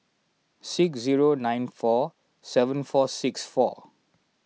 six zero nine four seven four six four